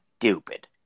stupid